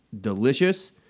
delicious